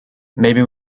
maybe